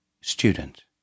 Student